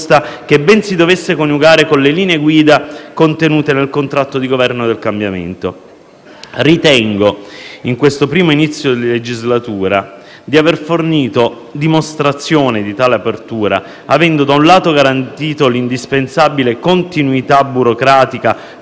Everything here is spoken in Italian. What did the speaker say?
che ben si dovesse coniugare con le linee guida contenute nel contratto di Governo del cambiamento. Ritengo, in questo primo inizio di legislatura, di aver fornito dimostrazione di tale apertura, avendo, da un lato, garantito l'indispensabile continuità burocratica